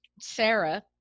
Sarah